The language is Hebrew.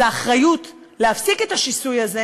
אז האחריות להפסיק את השיסוי הזה